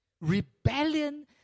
Rebellion